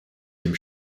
dem